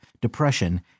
depression